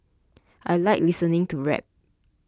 I like listening to rap